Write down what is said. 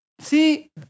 See